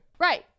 Right